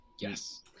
yes